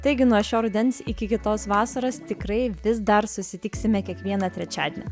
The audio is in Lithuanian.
taigi nuo šio rudens iki kitos vasaros tikrai vis dar susitiksime kiekvieną trečiadienį